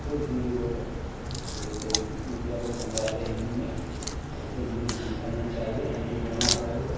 शुद्ध हिन्दी बोलें जैसे मीडिया लोग समझाते हैं हिन्दी में वैसे हिन्दी समझाना चाहिए हिन्दी बोलना चाहिए